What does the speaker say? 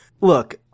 Look